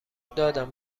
دادم